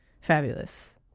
fabulous